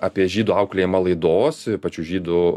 apie žydų auklėjimą laidos pačių žydų